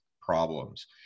problems